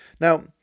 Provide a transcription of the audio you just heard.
Now